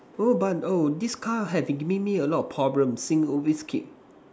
oh but oh this car had been giving me a lot of problem seem always keep